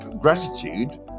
gratitude